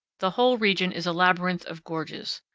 the whole region is a labyrinth of gorges.